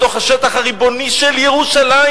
בתוך השטח הריבוני של ירושלים.